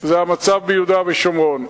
המצב ביהודה ושומרון.